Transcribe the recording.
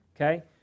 Okay